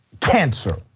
cancer